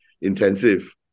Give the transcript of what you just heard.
intensive